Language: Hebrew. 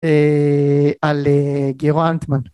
אה... על גירו אנטמן